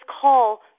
call